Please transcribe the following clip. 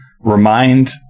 remind